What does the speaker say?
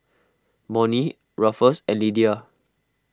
Monnie Ruffus and Lidia